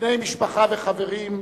בני משפחה וחברים,